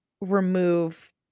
remove